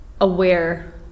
aware